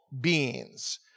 beings